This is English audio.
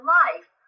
life